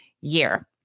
year